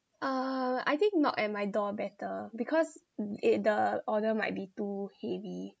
um I think knock at my door better because it the order might be too heavy